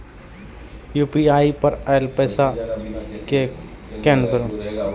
UPI पर आएल पैसा कै कैन?